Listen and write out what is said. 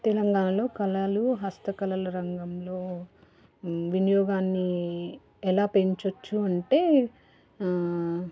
తెలంగాణలో కళలు హస్తకళల రంగంలో వినియోగాన్ని ఎలా పెంచవచ్చు అంటే